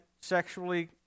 sexually